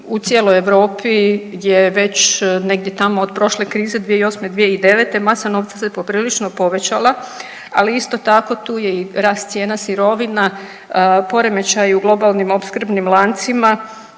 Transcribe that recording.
u cijeloj Europi je već negdje tamo od prošle krize 2008.-2009. masa novca se poprilično povećala, ali isto tako tu je i rast cijena sirovina, poremećaj u globalnim opskrbnim lancima